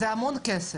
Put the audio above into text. זה המון כסף.